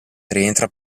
rientra